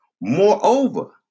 moreover